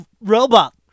robot